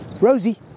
Rosie